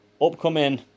upcoming